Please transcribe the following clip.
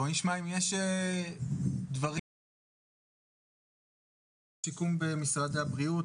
בוא נשמע אם יש דברים לומר לנציג אגף השיקום במשרד הבריאות,